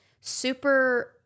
super